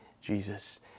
Jesus